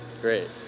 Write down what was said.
great